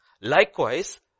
Likewise